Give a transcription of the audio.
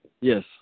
Yes